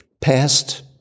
Past